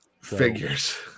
Figures